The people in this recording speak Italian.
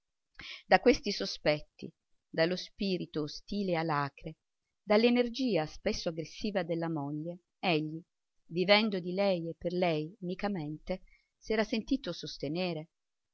da questi sospetti dallo spirito ostile e alacre dall'energia spesso aggressiva della moglie egli vivendo di lei e per lei unicamente s'era sentito sostenere